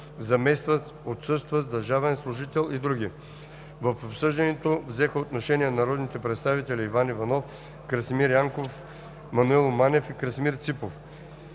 заместват отсъстващ държавен служител и други. В обсъждането взеха отношение народните представители Иван Иванов, Красимир Янков, Маноил Манев и Красимир Ципов.